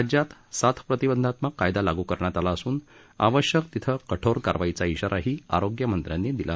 राज्यात साथ प्रतिबंधात्मक कायदा लागू करण्यात आला असून आवश्यक तिथे कठोर कारवाईचा इशाराही आरोग्यमंत्र्यांनी दिला